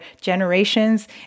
generations